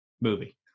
movie